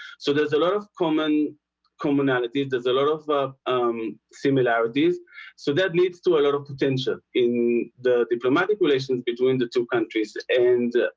so there's a lot of common commonalities there's a lot of of um similarities so that leads to a lot of potential in the diplomatic relations between the two countries and ah,